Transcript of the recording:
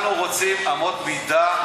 אנחנו רוצים אמות מידה.